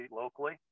locally